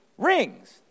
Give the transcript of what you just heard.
rings